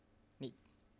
make